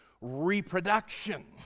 reproduction